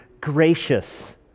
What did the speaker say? gracious